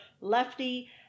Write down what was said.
Lefty